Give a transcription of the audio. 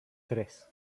tres